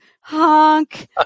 honk